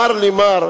מר לי מר,